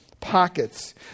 pockets